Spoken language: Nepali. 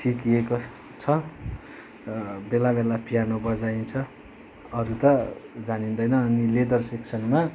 सिकिएको छ बेला बेला पियानो बजाइन्छ अरू त जानिँदैन अनि लेदर शिक्षणमा